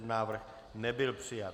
Návrh nebyl přijat.